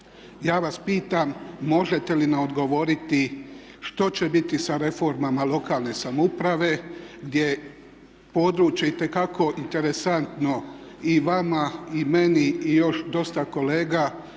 Ja vas pitam možete li mi odgovoriti što će biti sa reformama lokalne samouprave gdje je područje itekako interesantno i vama i meni i još dosta kolega